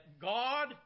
God